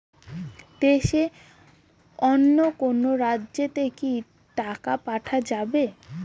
দেশের অন্য কোনো রাজ্য তে কি টাকা পাঠা যাবে?